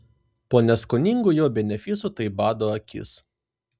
po neskoningų jo benefisų tai bado akis